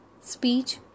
speech